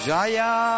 Jaya